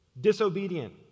disobedient